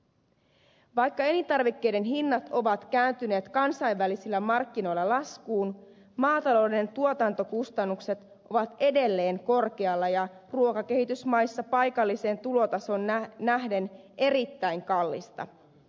vaikka elintarvikkeiden hinnat ovat kääntyneet kansainvälisillä markkinoilla laskuun maatalouden tuotantokustannukset ovat edelleen korkealla ja ruoka on kehitysmaissa paikalliseen tulotasoon nähden erittäin kallista